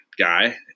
Guy